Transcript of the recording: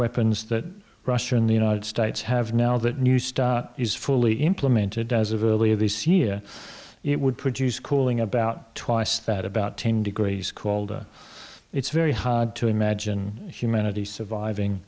weapons that russia in the united states have now that new stuff is fully implemented as of earlier this year it would produce cooling about twice that about ten degrees colder it's very hard to imagine humanity surviving